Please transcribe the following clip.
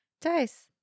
Dice